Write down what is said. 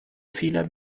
fehler